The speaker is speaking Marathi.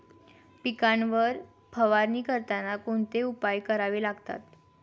पिकांवर फवारणी करताना कोणते उपाय करावे लागतात?